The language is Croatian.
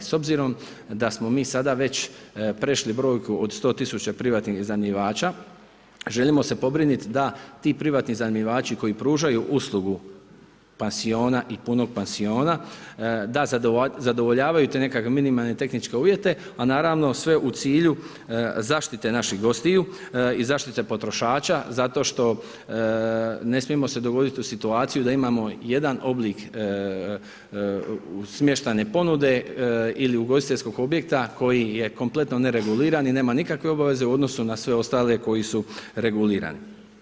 S obzirom, da smo mi sada već prešli brojku od 100000 privatnih iznajmljivača, želimo se pobrinuti, da ti privatni iznajmljivači, koji pružaju uslugu pansiona i punog pansiona, da zadovoljava te nekakve minimalne tehničke uvjete, a naravno sve u cilju zaštite naših gostiju, i zaštite potrošača, zato što ne smijemo se dovoditi u situaciju, da imamo jedan oblik smještajne ponude ili ugostiteljskog objekta koji je kompletno nereguliran i nema nikakve obveze u odnosu na sve ostale koje su regularni.